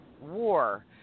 War